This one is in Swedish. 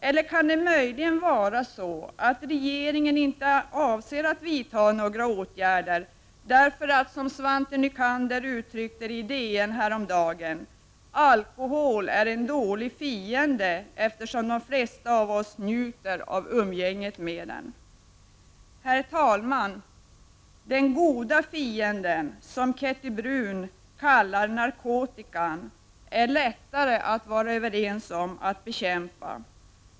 Eller kan det möjligen vara så att regeringen inte avser att vidta några åtgärder, därför att, som Svante Nycander uttryckte det i DN häromdagen, ”alkohol är en dålig fiende, eftersom de flesta av oss njuter av umgänget med den”? Herr talman! Den goda fienden, som Kettil Bruun kallar narkotikan, är det lättare att vara överens om att bekämpa.